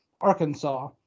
Arkansas